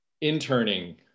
interning